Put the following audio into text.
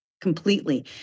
completely